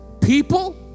people